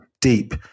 deep